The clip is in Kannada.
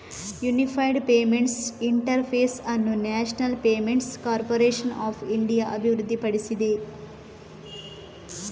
ಯೂನಿಫೈಡ್ ಪೇಮೆಂಟ್ಸ್ ಇಂಟರ್ ಫೇಸ್ ಅನ್ನು national payments corporation of India ಅಭಿವೃದ್ಧಿಪಡಿಸಿದೆ